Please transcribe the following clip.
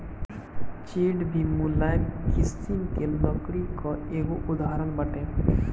चीड़ भी मुलायम किसिम के लकड़ी कअ एगो उदाहरण बाटे